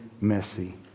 messy